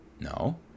No